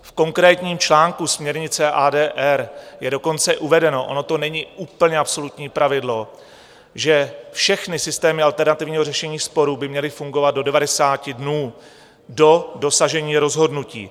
V konkrétním článku směrnice ADR je dokonce uvedeno ono to není úplně absolutní pravidlo že všechny systémy alternativního řešení sporů by měly fungovat do 90 dnů do dosažení rozhodnutí.